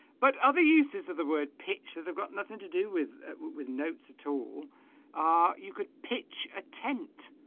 but other uses of the word pitch that i've got nothing to do with with notes at all ah you could pitch a tent